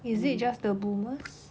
is it just the boomers